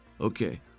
Okay